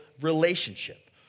relationship